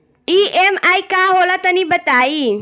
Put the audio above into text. EMI का होला तनि बताई?